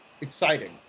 exciting